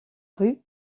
rue